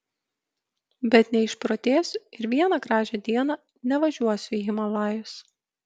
bet neišprotėsiu ir vieną gražią dieną nevažiuosiu į himalajus